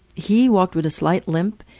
he walked with a slight limp.